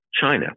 China